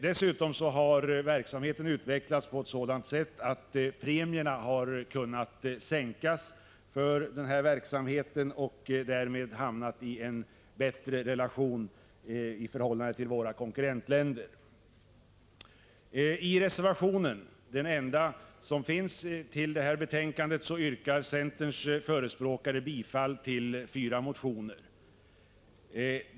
Dessutom har verksamheten utvecklats på ett sådant sätt att premierna har kunnat sänkas. Därmed har den hamnat i ett bättre läge i förhållande till våra konkurrentländer. I den enda reservationen till detta betänkande yrkar centerns förespråkare bifall till fyra motioner.